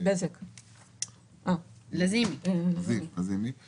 לזימי יש